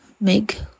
make